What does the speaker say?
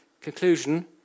Conclusion